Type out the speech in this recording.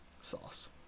Sauce